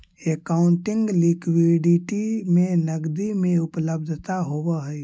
accounting liquidity में नकदी के उपलब्धता होवऽ हई